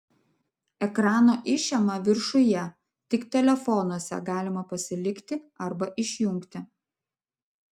ekrano išėma viršuje tik telefonuose galima pasilikti arba išjungti